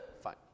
fine